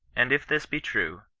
and if this be true,